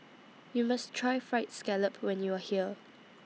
YOU must Try Fried Scallop when YOU Are here